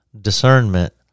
discernment